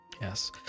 Yes